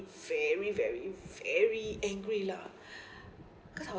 very very very angry lah cause I